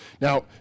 Now